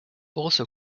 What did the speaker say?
also